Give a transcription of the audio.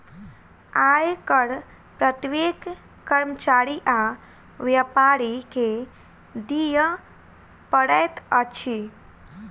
आय कर प्रत्येक कर्मचारी आ व्यापारी के दिअ पड़ैत अछि